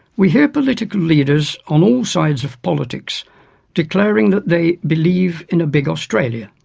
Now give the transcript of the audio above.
we hear political leaders on all sides of politics declaring that they believe in a big australia.